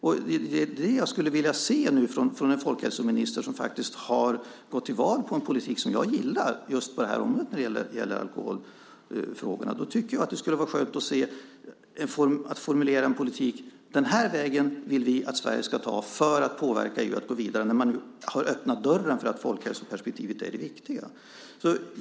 Det är det jag skulle vilja se nu från en folkhälsominister som faktiskt har gått till val på en politik som jag gillar just på det område som gäller alkoholfrågorna. Då tycker jag att det skulle vara skönt att se en politik formulerad om den väg vi vill att Sverige ska ta för att påverka EU att gå vidare, när man nu har öppnat dörren för att folkhälsoperspektivet är det viktiga.